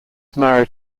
married